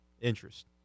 Interest